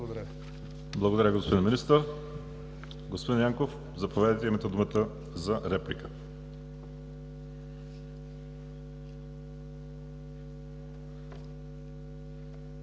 Благодаря, господин Министър. Господин Янков, заповядайте – имате думата за реплика.